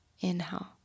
Inhale